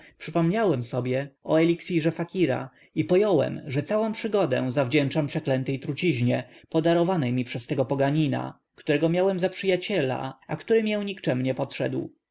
przypomniałem sobie o eliksirze fakira i pojąłem że całą przygodę zawdzięczam przeklętej truciźnie podarowanej mi przez tego poganina którego miałem za przyjaciela a który mię nikczemnie podszedł